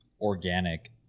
organic